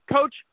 Coach